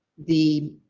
the.